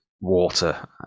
water